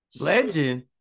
Legend